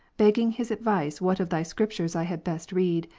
begging his advice what of thy scriptures i had best read,